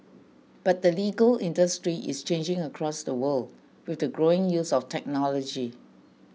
but the legal industry is changing across the world with the growing use of technology